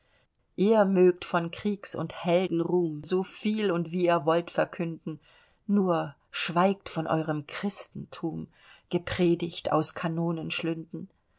ihr mögt von kriegs und heldenruhm so viel und wie ihr wollt verkünden nur schweigt von eurem christentum gepredigt aus